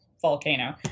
volcano